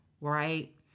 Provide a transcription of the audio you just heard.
right